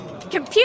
Computer